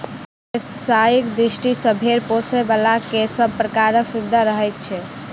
व्यवसायिक दृष्टि सॅ भेंड़ पोसयबला के सभ प्रकारक सुविधा रहैत छै